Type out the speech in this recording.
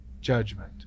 judgment